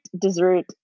dessert